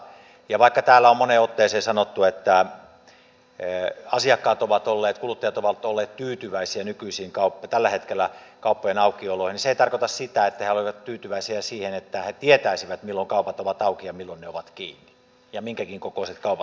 ja vaikka täällä on moneen otteeseen sanottu että kuluttajat ovat olleet tyytyväisiä tällä hetkellä kauppojen aukioloihin niin se ei tarkoita sitä että he ovat tyytyväisiä siihen että he tietäisivät milloin kaupat ovat auki ja milloin ne ovat kiinni ja minkäkin kokoiset kaupat